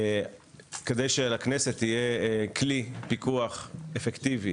כדי שלכנסת יהיה כלי פיקוח אפקטיבי